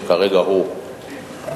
שכרגע הוא בהמתנה,